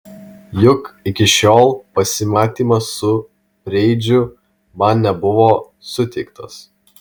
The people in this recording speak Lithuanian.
juk iki šiol pasimatymas su preidžiu man nebuvo suteiktas